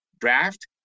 draft